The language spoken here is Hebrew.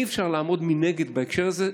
אי-אפשר לעמוד מנגד בהקשר הזה.